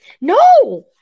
No